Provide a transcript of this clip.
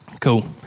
Cool